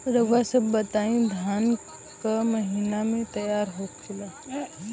रउआ सभ बताई धान क महीना में तैयार होखेला?